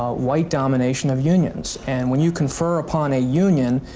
ah white domination of unions, and when you confer upon a union,